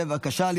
בבקשה.